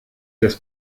des